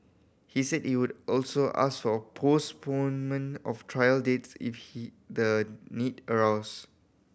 he said he would also ask for a postponement of trial dates if he the need arose